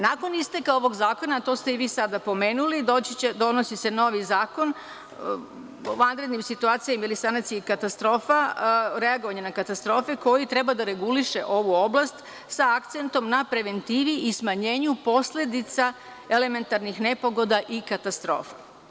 Nakon isteka ovog zakona, a to ste i vi sada pomenuli, donosi se novi zakon o vanrednim situacijama ili sanaciji katastrofa, reagovanje na katastrofe koji treba da reguliše ovu oblast sa akcentom na preventivi i smanjenju posledica elementarnih nepogoda i katastrofa.